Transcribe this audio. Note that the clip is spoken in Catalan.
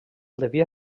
devia